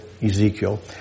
Ezekiel